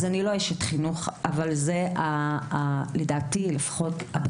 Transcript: אז אני לא אשת חינוך, אבל זה לפחות, לדעתי, הבסיס.